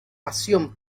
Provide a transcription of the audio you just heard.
pasión